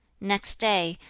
next day,